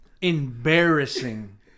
embarrassing